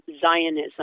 Zionism